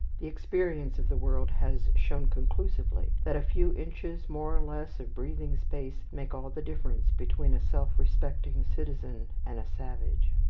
the experience of the world has shown conclusively that a few inches more or less of breathing space make all the difference between a self-respecting citizen and a savage.